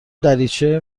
دریچه